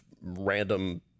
random